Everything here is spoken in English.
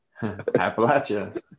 appalachia